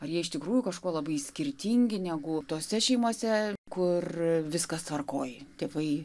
ar jie iš tikrųjų kažkuo labai skirtingi negu tose šeimose kur viskas tvarkoj tėvai